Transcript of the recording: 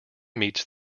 meets